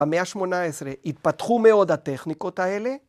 ‫במאה ה-18 התפתחו מאוד ‫הטכניקות האלה.